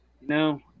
No